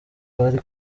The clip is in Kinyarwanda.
bari